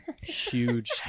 huge